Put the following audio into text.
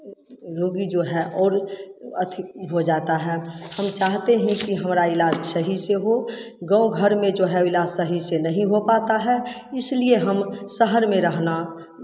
रोगी जो है और अथि हो जाता है हम चाहते हैं कि हमरा इलाज सही से हो गाँव घर में जो है वो इलाज सही से नहीं हो पाता है इसलिए हम शहर में रहना